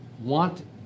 want